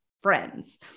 friends